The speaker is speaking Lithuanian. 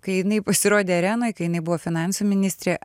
kai jinai pasirodė arenoj kai jinai buvo finansų ministrė